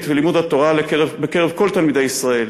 ולימוד התורה בקרב כל תלמידי ישראל,